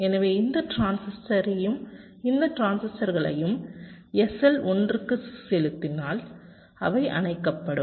எனவே இந்த டிரான்சிஸ்டரையும் இந்த டிரான்சிஸ்டர்களையும் SL 1 க்கு செலுத்தினால் அவை அணைக்கப்படும்